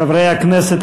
חברי הכנסת,